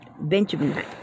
Benjamin